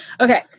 Okay